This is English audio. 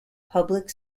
public